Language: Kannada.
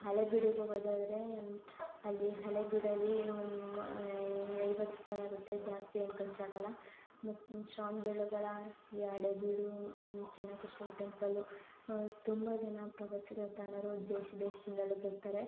ಹಳೆಬೀಡಿಗೆ ಹೋಗೋದಾದ್ರೆ ಅಲ್ಲಿ ಹಳೆಬೀಡಲ್ಲಿ ಐವತ್ತು ರೂಪಾಯಿ ಆಗುತ್ತೆ ಜಾಸ್ತಿ ಏನು ಖರ್ಚಾಗೋಲ್ಲ ಮತ್ತು ಶ್ರವಣಬೆಳಗೊಳ ಈ ಹಳೆಬೀಡು ಚೆನ್ನಕೇಶವ ಟೆಂಪಲ್ಲು ತುಂಬ ಜನ ಪ್ರವಾಸಿಗರು ತಾಣಗಳು ದೇಶ ದೇಶದಿಂದಲೂ ಬರ್ತಾರೆ